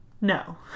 No